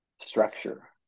structure